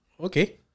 Okay